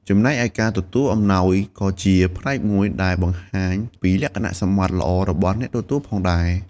ចំណែកឯការទទួលអំណោយក៏ជាផ្នែកមួយដែលបង្ហាញពីលក្ខណៈសម្បត្តិល្អរបស់អ្នកទទួលផងដែរ។